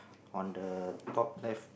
on the top left